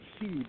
see